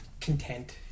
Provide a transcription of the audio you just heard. content